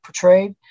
portrayed